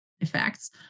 effects